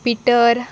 Peter